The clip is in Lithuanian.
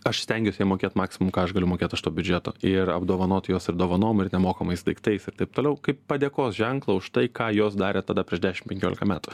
aš stengiuosi jiem mokėt maksimum ką aš galiu mokėt iš to biudžeto ir apdovanot juos ir dovanom ir nemokamais daiktais ir taip toliau kaip padėkos ženklą už tai ką jos darė tada prieš dešimt penkiolika metų